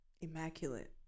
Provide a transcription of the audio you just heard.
Immaculate